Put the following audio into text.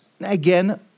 again